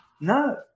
No